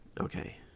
Okay